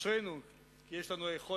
אשרינו כי יש לנו היכולת